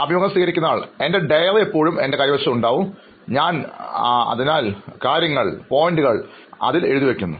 അഭിമുഖം സ്വീകരിക്കുന്നയാൾ എൻറെ ഡയറി എപ്പോഴും ഞാൻ കൈവശം വയ്ക്കാറുണ്ട് അതിനാൽ ഞാൻ കാര്യങ്ങൾ പോയിൻറ്കൾ ആയി കുറിക്കുന്നു